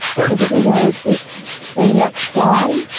because if you go to the next slide.